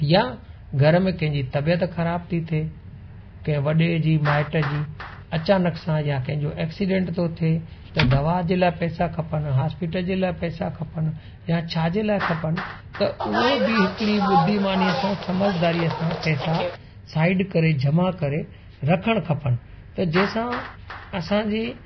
या घर में कंहिंजी तबियत ख़राबु थी थिए कंहिं वॾे जी माइट जी अचानक सां या कंहिंजो एक्सीडेंट थो थिए त दवा जे लाइ पैसा खपनि हॉस्पिटल जे लाइ पैसा खपनि या छाजे लाइ खपनि त उहो बि हिकिड़ी ॿुद्धिमानीअ सां सम्झदारीअ सां पैसा साइड करे जमा करे रखणु खपनि त जंहिं सां असांजे